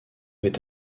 est